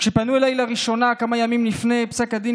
כשפנו אליי לראשונה כמה ימים לפני פסק הדין,